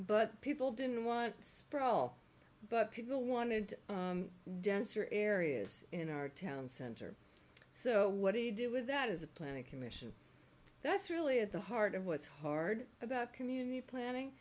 but people didn't want sprawl but people wanted denser areas in our town center so what do you do with that is a planning commission that's really at the heart of what's hard about community planning